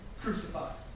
crucified